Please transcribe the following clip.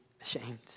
ashamed